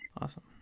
Awesome